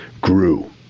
grew